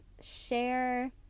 Share